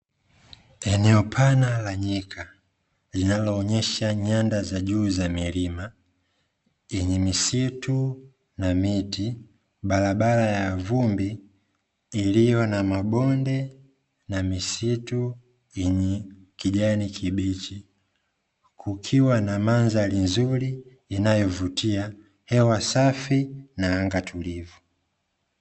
Eneo pana la nyika linaloonyesha nyanda za juu za milima yenye misitu na miti. Barabara ya vumbi imepita kwenye mabonde na misitu yenye kijani kibichi, kukiwa na mandhari nzuri inayovutia, hewa safi na anga tulivu.